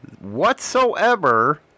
whatsoever